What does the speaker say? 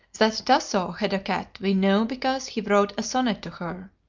that tasso had a cat we know because he wrote a sonnet to her.